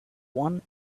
one